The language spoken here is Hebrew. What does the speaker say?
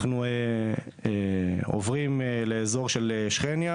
אנחנו עוברים לאזור של שכניה